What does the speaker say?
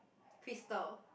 Crystal